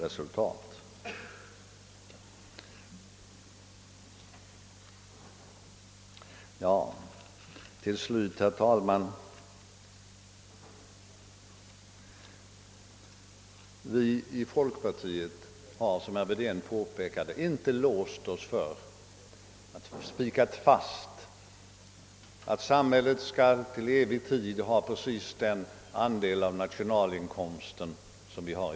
Till slut, herr talman, vill jag säga att vi i folkpartiet — såsom också herr Wedén påpekat — inte har låst oss för att samhället skall till evig tid ha precis samma andel av nationalinkomsten som i dag.